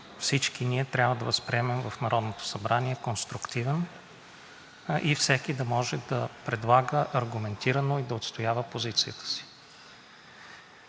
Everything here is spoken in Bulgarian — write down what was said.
всички ние трябва да възприемем в Народното събрание – конструктивен, и всеки да може да предлага аргументирано и да отстоява позицията си.